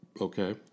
Okay